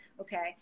okay